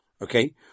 Okay